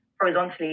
horizontally